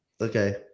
Okay